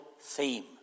theme